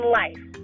life